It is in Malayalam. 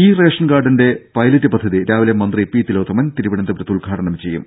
ഇ റേഷൻകാർഡിന്റെ പൈലറ്റ് പദ്ധതി രാവിലെ മന്ത്രി പി തിലോത്തമൻ തിരുവനന്തപുരത്ത് ഉദ്ഘാടനം ചെയ്യും